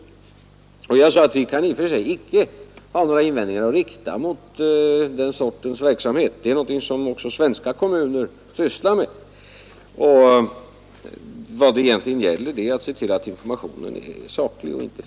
Som jag sagt kan vi i och för sig inte rikta några invändningar mot den verksamheten, som också svenska kommuner sysslar med. Vad det gäller är att se till att informationen är saklig och riktig.